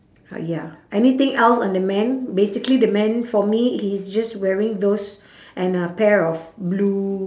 ah ya anything else on the man basically the man for me he's just wearing those and a pair of blue